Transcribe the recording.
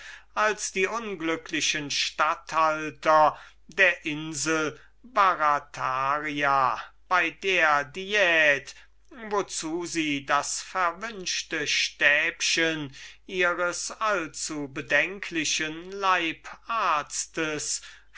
wie die unglücklichen statthalter der insel barataria bei der diät wozu sie das verwünschte stäbchen ihres